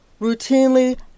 routinely